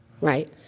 right